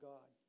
God